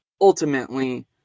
ultimately